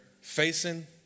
facing